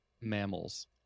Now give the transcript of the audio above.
mammals